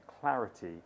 clarity